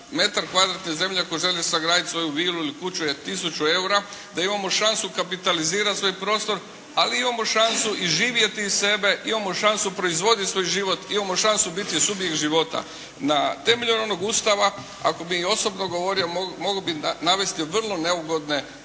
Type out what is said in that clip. metar kvadratni zemlje, tko želi sagraditi svoju vilu ili kuću je tisuću eura, da imamo šansu kapitalizirat svoj prostor, ali imamo šansu i živjeti sebe, imamo šansu proizvoditi svoj život, imamo šansu biti subjekt života. Na temelju onog Ustava, ako bih osobno govorio, mogao bih navesti vrlo neugodne